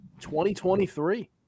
2023